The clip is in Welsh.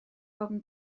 ofn